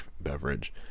beverage